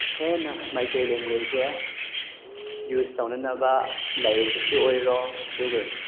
ꯍꯦꯟꯅ ꯃꯩꯇꯩ ꯂꯦꯡꯒꯣꯏꯁꯁꯦ ꯌꯨꯁ ꯇꯧꯅꯅꯕ ꯂꯥꯏꯔꯤꯛꯇꯁꯨ ꯑꯣꯏꯔꯣ ꯑꯗꯨꯒ